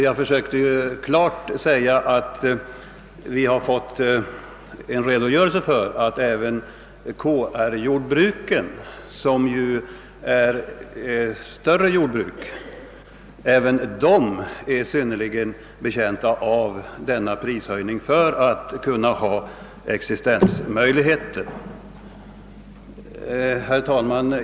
Jag klargjorde även att vi i jordbruksutskottet fått en redogörelse för att även KR jordbruken, som ju tillhör de större, är synnerligen beroende av denna prishöjning för sina existensmöjligheter. Herr talman!